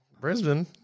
Brisbane